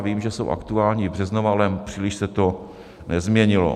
Vím, že jsou aktuální i březnová, ale příliš se to nezměnilo.